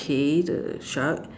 K the shark